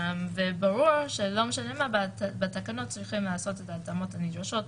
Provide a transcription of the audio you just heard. וברור שבתקנות צריכים לעשות את ההתאמות הנדרשות,